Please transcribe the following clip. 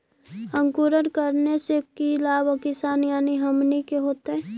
अंकुरण करने से की लाभ किसान यानी हमनि के होतय?